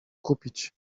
kupić